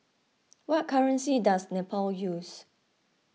what currency does Nepal use